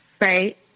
right